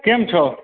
કેમ છો